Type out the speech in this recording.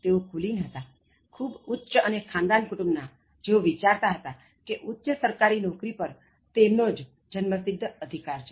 તેઓ કુલિન હતા ખૂબ ઉચ્ચ અને ખાનદાન કુટુમ્બ ના જેઓ વિચારતા હતા કે ઉચ્ચ સરકારી નોકરી પર તેમનો જન્મસિદ્ધ અધિકાર છે